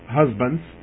husbands